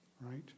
right